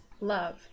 love